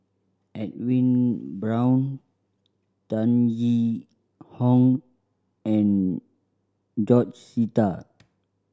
Edwin Brown Tan Yee Hong and George Sita